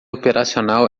operacional